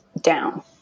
down